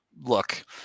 Look